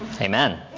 Amen